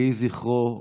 יהי זכרו ברוך.